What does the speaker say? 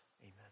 Amen